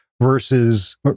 versus